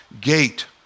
gate